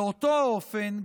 באותו אופן,